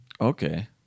Okay